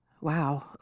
Wow